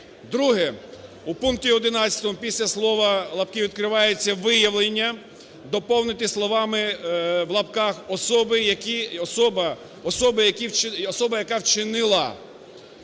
Друге. У пункті 11 після слова (лапки відкриваються) "виявлення" доповнити словам (в лапках), "особа, яка